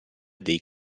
dei